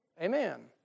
Amen